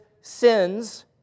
sins